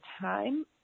time